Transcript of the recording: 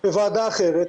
בוועדה אחרת,